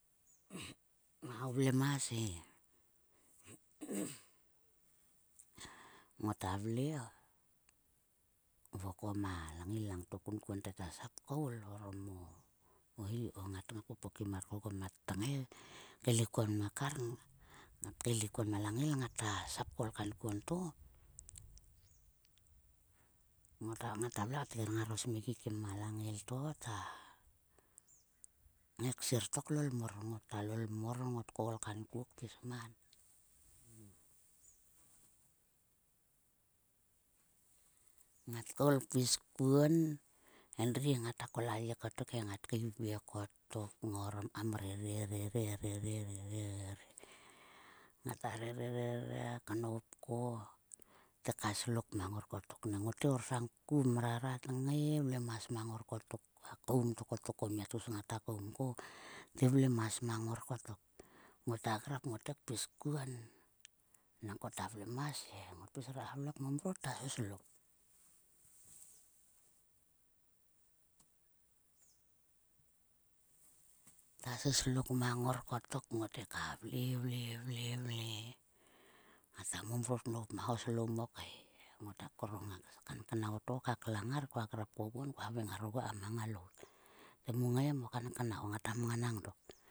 Tla ho vlemas he ngota vle vokom a langail langto kunkuonte ta sap koul orom o hi ko ngat popokim mar koguo ma tang he elik kuo ma kar ngat kaelik kuo ma langail ngata sap kankuon. To ngota, ngata vle ka tger ngaro smigi kim a langail to ta ngai ksir to klol mor. Ta lol mor ngot koul kanku pis man. Ngot koul pis kuon, endri ngata kol a ye kotok he. Ngat keivie kotok, ngorom kam rere, rere rere, rere. Ngata rere, rere knop ko. Te ka slok mang ngor kottok. Nang ngot ngai orsang kum mrara tngai vlemas mang ngor kotok. Ko a koum to kotok, o mia tgus ngata koum ko, te vlemas mang ngor kotok. Ngota grap, ngote kpis kuon, nangko ta vlemas he. Ngot pis re kam vle kmomrot ta soslok. Ta soslok mang ngor kotok ngote ka vle, vle, vle. Ngata momrot nop ho slomok he. Ngota krong a kanknau to ka klang ngar. Kua grap oguon kua haveng ngar oguon ekama ngalout te, mu ngai em o kanknau. Ngata mnganang dok.